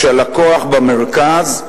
כאשר הלקוח במרכז,